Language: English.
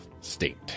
state